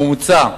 הממוצע,